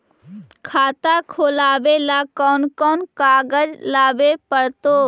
खाता खोलाबे ल कोन कोन कागज लाबे पड़तै?